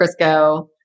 crisco